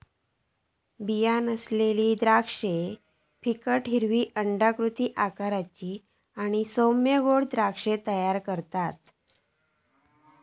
बीया नसलेली द्राक्षा फिकट हिरवी अंडाकृती आकाराची आणि सौम्य गोड द्राक्षा तयार करतत